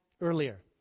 earlier